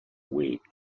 week